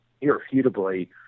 irrefutably